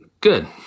Good